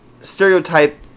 stereotype